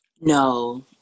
No